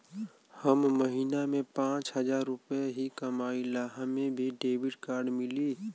हम महीना में पाँच हजार रुपया ही कमाई ला हमे भी डेबिट कार्ड मिली?